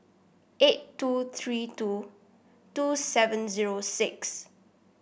eight two three two two seven zero six